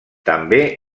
també